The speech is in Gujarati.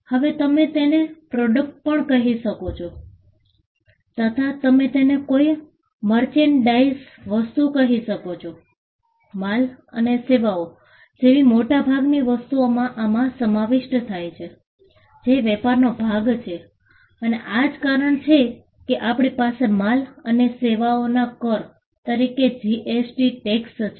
હવે તમે તેને પ્રોડક્ટસ પણ કહી શકો તથા તમે તેને કોઈ મરચેનડાઈઝ વસ્તુ કહી શકો માલ અને સેવાઓ જેવી મોટાભાગની વસ્તુઓનો આમાં સમાવિષ્ટ થાય છે જે વેપારનો ભાગ છે અને આ જ કારણ છે કે આપણી પાસે માલ અને સેવાઓના કર તરીકે જીએસટી ટેક્સ છે